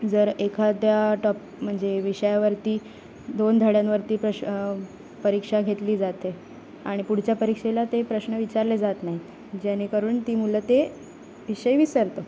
जर एखाद्या टॉप म्हणजे विषयावरती दोन धड्यांवरती प्रश परीक्षा घेतली जाते आणि पुढच्या परीक्षेला ते प्रश्न विचारले जात नाहीत जेणेकरून ती मुलं ते विषय विसरतो